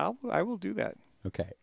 i'll i will do that ok